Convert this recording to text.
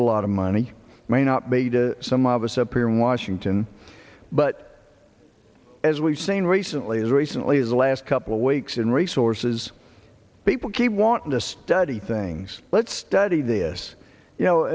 a lot of money may not be to some of us up here in washington but as we've seen recently as recently as the last couple weeks in resources people keep want to study things let's study this you know